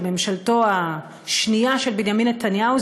בממשלתו השנייה של בנימין נתניהו,